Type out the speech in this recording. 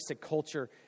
culture